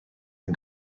yng